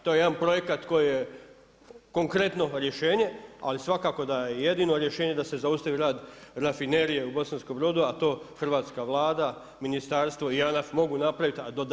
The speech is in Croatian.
To je jedan projekat koji je konkretno rješenje ali svakako da je jedino rješenje da se zaustavi rad Rafinerije u Bosanskom-brodu a to hrvatska Vlada, ministarstvo i JANAF mogu napraviti a do dan danas nisu.